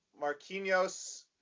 Marquinhos